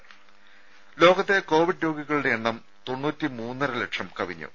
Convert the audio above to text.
രുമ ലോകത്തെ കോവിഡ് രോഗികളുടെ എണ്ണം തൊണ്ണൂറ്റി മൂന്നര ലക്ഷം കവിഞ്ഞു